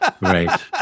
Right